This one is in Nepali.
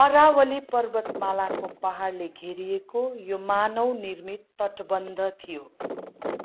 अरावली पर्वतमालाको पाहाडले घेरिएको यो मानव निर्मित तटबन्ध थियो